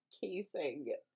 casing